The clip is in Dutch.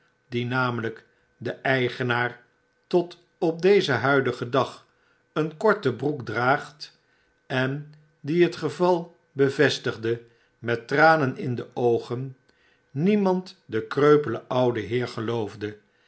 die n amely k de eigenaar tot op den huidigen dag een korte broek draagt en die het geval bevestigde met tranen in de oogen niemand den kreupelen ouden heer